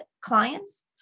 clients